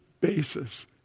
basis